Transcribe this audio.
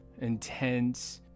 intense